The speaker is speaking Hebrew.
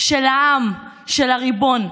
של העם, של הריבון,